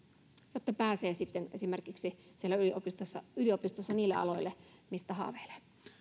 jotta pääsee esimerkiksi siellä yliopistossa yliopistossa niille aloille mistä haaveilee